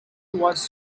was